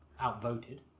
outvoted